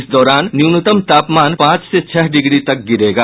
इस दौरान न्यूनतम तापमान पांच से छह डिग्री तक गिरेगा